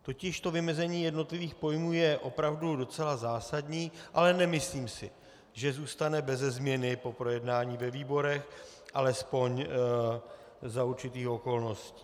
Totiž to vymezení jednotlivých pojmů je opravdu docela zásadní, ale nemyslím si, že zůstane beze změny po projednání ve výborech, alespoň za určitých okolností.